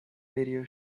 radio